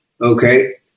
Okay